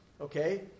Okay